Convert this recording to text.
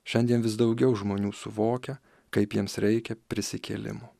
šiandien vis daugiau žmonių suvokia kaip jiems reikia prisikėlimo